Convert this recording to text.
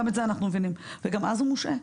את זה אנחנו מבינים גם אז הוא מושעה?